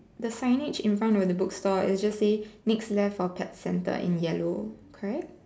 the signage in front of the book store it just say next left for pet center in yellow correct